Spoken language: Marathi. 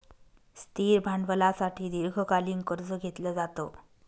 स्थिर भांडवलासाठी दीर्घकालीन कर्ज घेतलं जातं